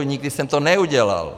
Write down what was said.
Nikdy jsem to neudělal.